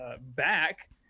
back